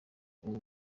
ubu